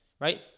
right